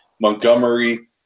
Montgomery